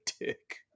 dick